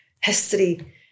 history